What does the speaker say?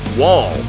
wall